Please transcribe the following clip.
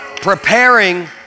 preparing